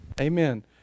amen